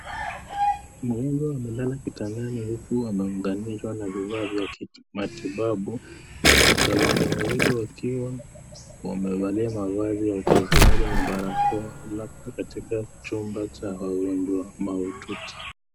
Mgonjwa amelala kitandani huku ameunganishwa na vifaa vya kimatibabu, wataalamu wawili wakiwa wamevalia mavazi ya upasuaji na barakoa, wako katika chumba cha wagonjwa mahututi.